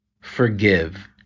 Forgive